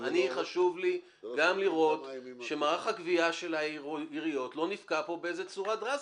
חשוב לי גם לראות שמערך הגבייה של העיריות לא נפגע פה בצורה דרסטית.